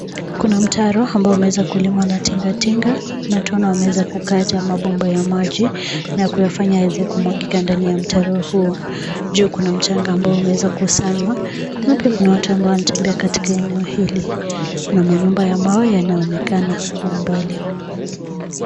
Kuna mtaro ambao umewezakulimwa na tingatinga, na tunaona wameweza kukata mabomba ya maji, na kuyafanya yaweze kumwagika ndani ya mtaro huo. Juu kuna mchanga ambao umeweza kukusanywa, na pia kuna watu ambao wanatembea katika eneo hili. Kuna manyumba ya mawe yanayo onekana kwa mbali.